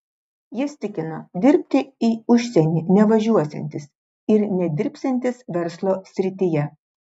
jis tikino dirbti į užsienį nevažiuosiantis ir nedirbsiantis verslo srityje